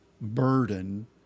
burden